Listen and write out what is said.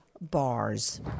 bars